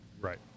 Right